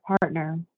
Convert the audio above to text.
partner